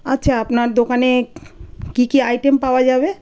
আচ্ছা আপনার দোকানে কী কী আইটেম পাওয়া যাবে